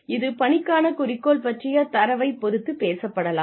இது பணிக்கான குறிக்கோள் பற்றிய தரவைப் பொறுத்து பேசப்படலாம்